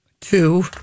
Two